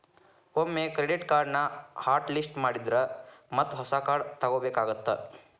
ಒಮ್ಮೆ ಕ್ರೆಡಿಟ್ ಕಾರ್ಡ್ನ hot list ಮಾಡಿದ್ರ ಮತ್ತ ಹೊಸ ಕಾರ್ಡ್ ತೊಗೋಬೇಕಾಗತ್ತಾ